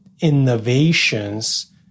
innovations